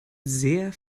sehr